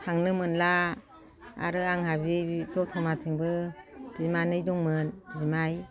थांनो मोनला आरो आंहा बि दतमाथिंबो बिमानै दंमोन बिमाय